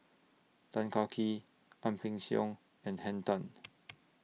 Tan Kah Kee Ang Peng Siong and Henn Tan